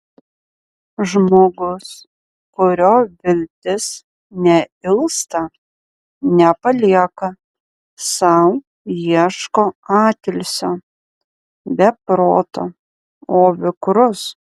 žmogus kurio viltis neilsta nepalieka sau ieško atilsio be proto o vikrus